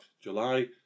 July